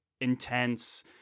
intense